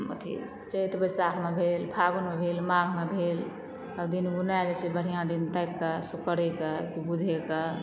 अथी चैत बैसाखमे भेल फागुनमे भेल माघमे भेल तब दिन गुनै जाइ छै बढ़ियाँ दिन ताकि कए सुक्रे के की बुधे के